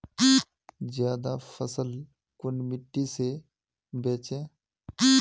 ज्यादा फसल कुन मिट्टी से बेचे?